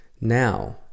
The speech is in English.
now